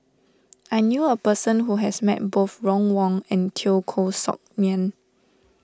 I knew a person who has met both Ron Wong and Teo Koh Sock Miang